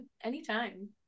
anytime